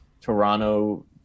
Toronto